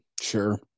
sure